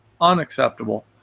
unacceptable